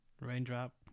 Raindrop